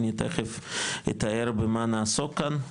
אני תיכף אתאר במה נעסוק כאן,